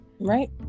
Right